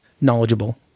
knowledgeable